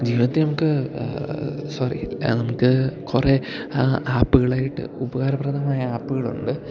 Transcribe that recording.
ജീവിതത്തിൽ നമുക്ക് സോറി നമുക്ക് കുറെ ആപ്പുകളായിട്ട് ഉപകാരപ്രദമായ ആപ്പുകൾ ഉണ്ട്